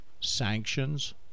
sanctions